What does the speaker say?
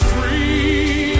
Free